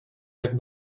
jak